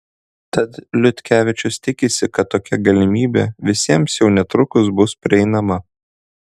tad liutkevičius tikisi kad tokia galimybė visiems jau netrukus bus prieinama